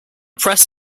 press